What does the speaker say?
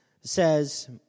says